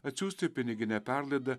atsiųsti piniginę perlaidą